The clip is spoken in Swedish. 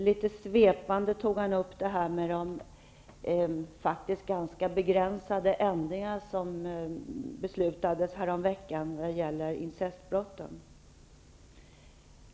Litet svepande nämnde han de faktiskt ganska begränsade ändringar som beslutades häromveckan vad gäller incestbrott.